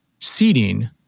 seating